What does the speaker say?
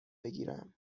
بگیرم